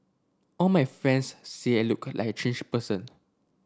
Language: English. all my friends say I look like a changed person